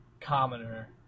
commoner